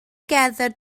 gerdded